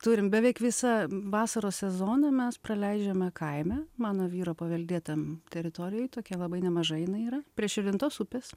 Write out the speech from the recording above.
turim beveik visą vasaros sezoną mes praleidžiame kaime mano vyro paveldėtam teritorijoj tokia labai nemaža jinai yra prie širvintos upės